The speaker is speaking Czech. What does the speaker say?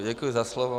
Děkuji za slovo.